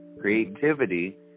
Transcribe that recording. creativity